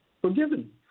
forgiven